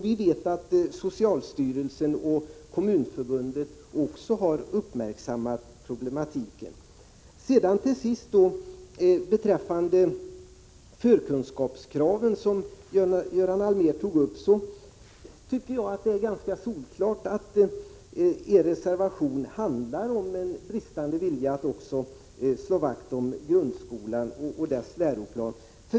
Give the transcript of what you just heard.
Vi vet att socialstyrelsen och Kommunförbundet också har uppmärksammat problematiken. Till sist beträffande de förkunskapskrav som Göran Allmér tog upp: Jag tycker det är ganska klart att er reservation innebär en bristande vilja att slå vakt om grundskolan och dess läroplan.